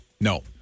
No